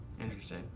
Interesting